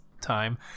time